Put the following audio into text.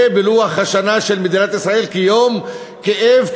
בלוח השנה של מדינת ישראל כיום כאב,